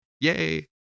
yay